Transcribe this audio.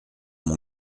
mon